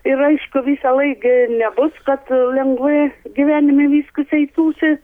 ir aišku visąlaik gi nebus kad lengvai gyvenime viskas eitųsi